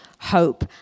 hope